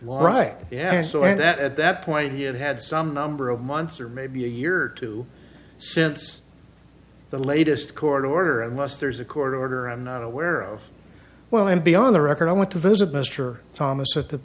right yeah so and that at that point he had had some number of months or maybe a year or two since the latest court order unless there's a court order i'm not aware of well and beyond the record i went to visit mr thomas at the